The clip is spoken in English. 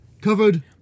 covered